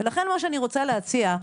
לכן, מה שאני רוצה להציע,